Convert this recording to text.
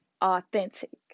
authentic